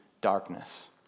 darkness